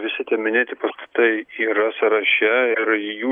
visi tie minėti pastatai yra sąraše ir jų